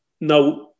now